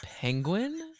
penguin